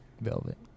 velvet